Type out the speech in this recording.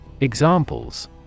Examples